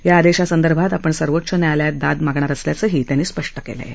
या आदेशासंदर्भात आपण सर्वोच्च न्यायालयात दाद मागणारी असल्याचंही त्यांनी स्पष्ट केलं आहे